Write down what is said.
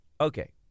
okay